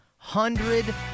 Hundred